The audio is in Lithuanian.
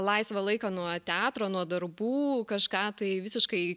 laisvą laiką nuo teatro nuo darbų kažką tai visiškai